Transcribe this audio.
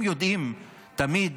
הם יודעים תמיד